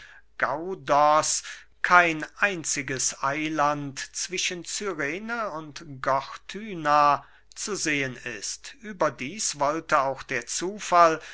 gaudos kein einziges eiland zwischen cyrene und gortyna zu sehen ist überdieß wollte auch der zufall